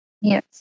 Yes